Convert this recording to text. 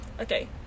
Okay